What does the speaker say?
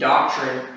Doctrine